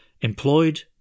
employed